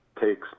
takes